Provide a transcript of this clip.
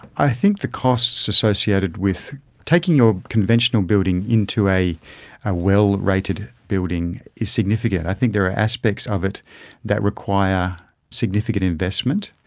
i think the costs associated with taking your conventional building into a well rated building is significant. i think there are aspects of it that require significant investment,